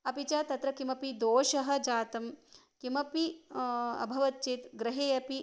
अपि च तत्र किमपि दोषः जातं किमपि अभवत् चेत् गृहे अपि